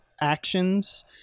actions